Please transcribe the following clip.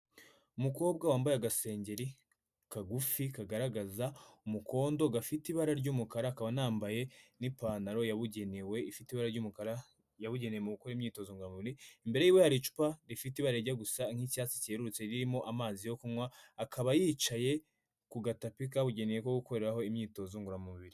Umukobwa wambaye agasengengeri kagufi kagaragaza umukondo gafite ibara ry'umukara, akaba anambaye n'ipantaro yabugenewe ifite ibara ry'umukara yabugenewe mu gukora imyitozo ngororamubiri imbere yiwe hari icupa rifite ibara rijya gusa nk'icyatsi giherutse ririmo amazi yo kunywa akaba yicaye ku gatakapi kabugenewe ko gukoreraho imyitozo ngororamubiri.